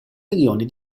milioni